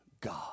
God